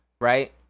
right